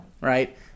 right